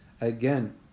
again